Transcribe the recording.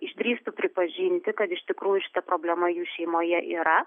išdrįstų pripažinti kad iš tikrųjų šita problema jų šeimoje yra